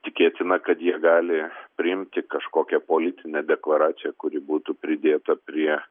tikėtina kad jie gali priimti kažkokią politinę deklaraciją kuri būtų pridėta prie